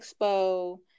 Expo